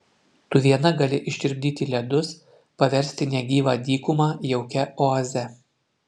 tu viena gali ištirpdyti ledus paversti negyvą dykumą jaukia oaze